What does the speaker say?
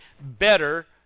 better